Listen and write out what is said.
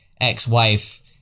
ex-wife